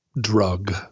drug